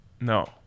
no